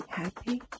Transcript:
happy